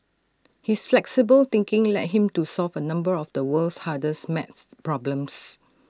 his flexible thinking led him to solve A number of the world's hardest math problems